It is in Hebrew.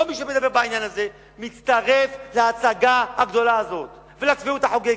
כל מי שמדבר בעניין הזה מצטרף להצגה הגדולה הזאת ולצביעות החוגגת.